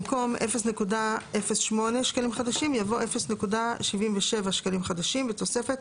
במקום "0.08 שקלים חדשים" יבוא "0.077 שקלים חדשים בתוספת